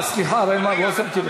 סליחה, אראל, אדוני, לא שמתי לב.